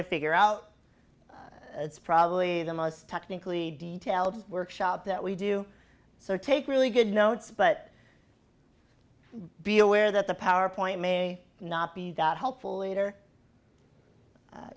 to figure out it's probably the most technically detailed workshop that we do so take really good notes but be aware that the power point may not be that helpful